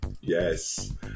Yes